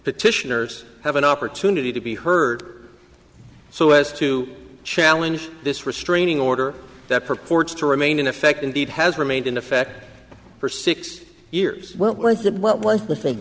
petitioners have an opportunity to be heard so as to challenge this restraining order that purports to remain in effect indeed has remained in effect for six years what was that what was the